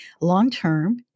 long-term